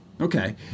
Okay